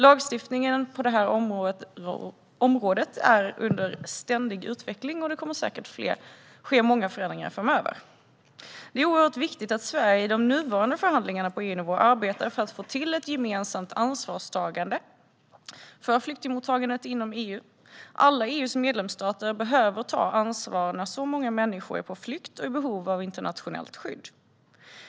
Lagstiftningen på det här området är under ständig utveckling, och det kommer säkert att ske många förändringar framöver. Det är oerhört viktigt att Sverige i de nuvarande förhandlingarna på EU-nivå arbetar för att få till ett gemensamt ansvarstagande för flyktingmottagandet inom EU. Alla EU:s medlemsstater behöver ta ansvar när så många människor är på flykt och i behov av internationellt skydd.